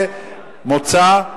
בואו לא נהפוך את זה, את הסוגיה,